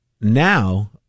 now